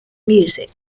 music